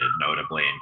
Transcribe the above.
notably